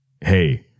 hey